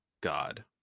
God